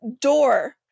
door